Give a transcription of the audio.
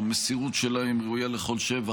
המסירות שלהם ראויה לכל שבח.